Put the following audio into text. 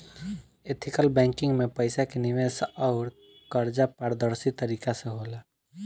ethical banking में पईसा के निवेश अउर कर्जा पारदर्शी तरीका से होला